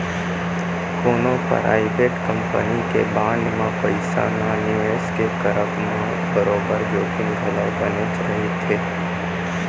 कोनो private company के bond म पइसा न निवेस के करब म बरोबर जोखिम घलौ बनेच रहिथे